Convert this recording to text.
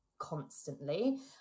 constantly